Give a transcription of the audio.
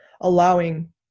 allowing